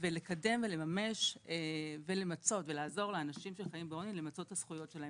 ולקדם ולממש ולעזור לאנשים שחיים בעוני למצות את הזכויות שלהם.